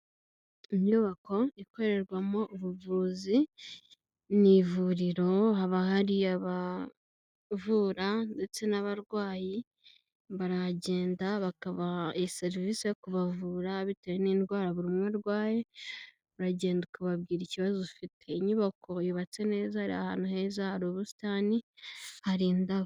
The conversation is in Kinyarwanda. Inyubako ikorerwamo ubuvuzi, mu ivuriro haba hari abavura ndetse n'abarwayi, barahagenda bakabaha i serivisi yo kubavura, bitewe n'indwara buri umwe arwaye, uragenda ukababwira ikibazo ufite. Inyubako yubatse neza, iri ahantu heza, hari ubusitani, hari indabo.